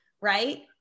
Right